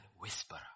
whisperer